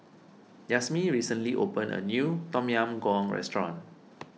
Yazmin recently opened a new Tom Yam Goong restaurant